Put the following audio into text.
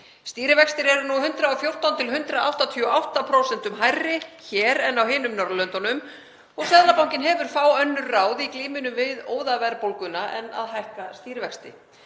Stýrivextir eru nú 114–188% hærri hér en annars staðar á Norðurlöndum og Seðlabankinn hefur fá önnur ráð í glímunni við óðaverðbólguna en að hækka stýrivexti.